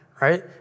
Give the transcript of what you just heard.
right